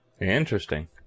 Interesting